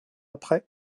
après